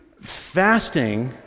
fasting